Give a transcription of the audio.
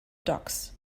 docs